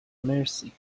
مرسی